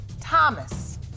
Thomas